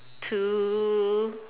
to